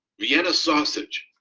vienna sausage.